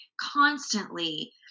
constantly